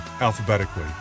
alphabetically